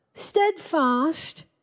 Steadfast